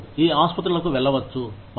మీరు ఈ ఆసుపత్రులకు వెళ్ళవచ్చు